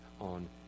on